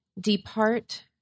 depart